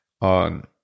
on